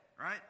right